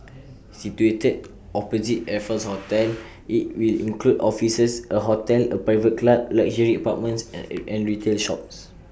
situated opposite Raffles hotel IT will include offices A hotel A private club luxury apartments and retail shops